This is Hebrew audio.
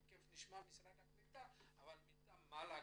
תיכף נשמע את משרד הקליטה, אבל מטעם מל"ג